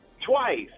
twice